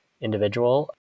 individual